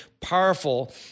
powerful